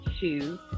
two